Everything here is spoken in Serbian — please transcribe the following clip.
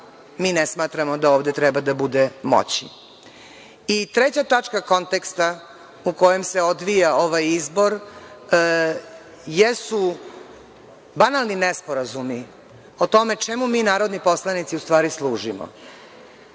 mi ne smatramo da ovde treba da bude moći. Treća tačka konteksta po kojem se odvija ovaj izbor jesu banalni nesporazumi o tome čemu mi narodni poslanici u stvari služimo.